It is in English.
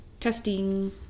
Testing